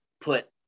put